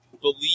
believe